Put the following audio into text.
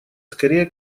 скорее